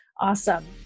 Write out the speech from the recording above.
Awesome